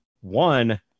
One